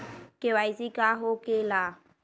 KYC का हो के ला?